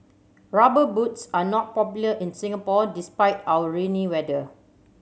Rubber Boots are not popular in Singapore despite our rainy weather